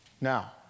Now